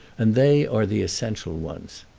and they are the essential ones.